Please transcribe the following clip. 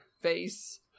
face